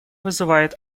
вызывает